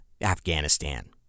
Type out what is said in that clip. Afghanistan